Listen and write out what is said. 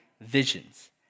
visions